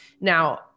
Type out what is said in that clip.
now